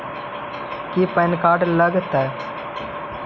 की PAN card लग तै?